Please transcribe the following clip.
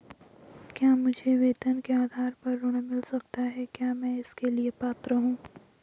क्या मुझे वेतन के आधार पर ऋण मिल सकता है क्या मैं इसके लिए पात्र हूँ?